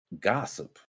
gossip